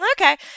Okay